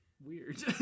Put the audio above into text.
weird